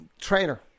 trainer